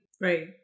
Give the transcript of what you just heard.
Right